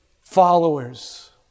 followers